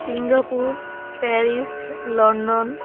Singapore Paris London